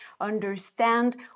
understand